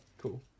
cool